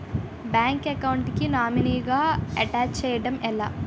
Bank account కి nominee గా attach చేయడం ఎలా?